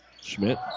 Schmidt